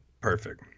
perfect